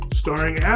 starring